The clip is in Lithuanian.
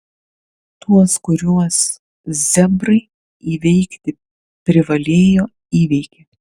tuos kuriuos zebrai įveikti privalėjo įveikė